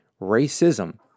racism